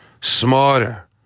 smarter